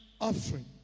offering